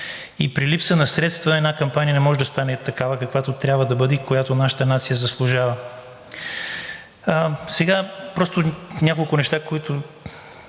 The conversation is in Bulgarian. и при липса на средства една кампания не може да стане такава, каквато трябва да бъде и която нашата нация заслужава. Няколко неща, които